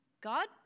God